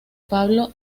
pablo